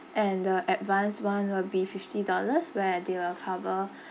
and the advanced [one] will be fifty dollars where they will cover